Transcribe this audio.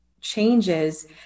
changes